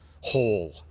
whole